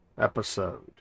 episode